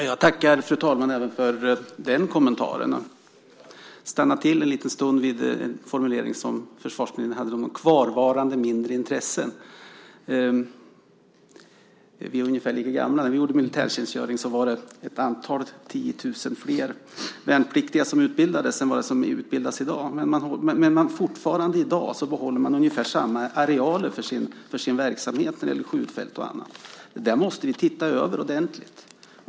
Fru talman! Jag tackar för även den kommentaren. Jag vill stanna till en liten stund vid en formulering som försvarsministern hade om kvarvarande mindre intressen. Vi är nog ungefär lika gamla. När jag gjorde militärtjänstgöring var det ett tiotusental fler värnpliktiga som utbildades än i dag, men fortfarande i dag behåller man ungefär samma arealer för sin verksamhet när det gäller skjutfält och annat. Det där måste vi titta över ordentligt.